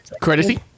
Courtesy